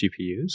GPUs